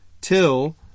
till